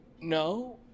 No